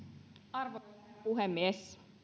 arvoisa herra puhemies